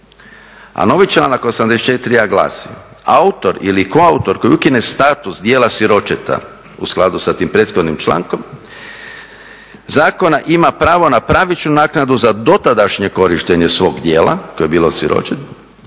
A novi članak 84.a glasi: "Autor ili koautor koji ukine status djela siročeta u skladu sa tim prethodnim člankom zakona, ima pravo na pravičnu naknadu za dotadašnje korištenje svog djela koje je bilo siroče.